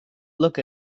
look